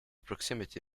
proximity